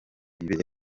bibereye